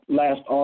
last